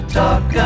talk